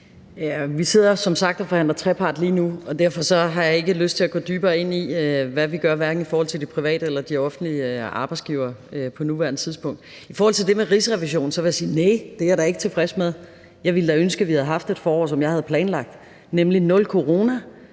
Vi sidder lige nu i trepartsforhandlinger, og derfor har jeg på nuværende tidspunkt ikke lyst til at gå dybere ind i, hvad vi gør, hverken i forhold til de private eller de offentlige arbejdsgivere. I forhold til det med Rigsrevisionen vil jeg sige: Næh, det er jeg da ikke tilfreds med. Jeg ville da ønske, at vi havde haft et forår, som jeg havde planlagt det, nemlig nul corona,